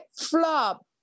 flop